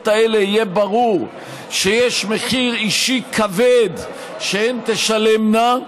האלה יהיה ברור שיש מחיר אישי כבד שהן תשלמנה,